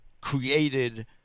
created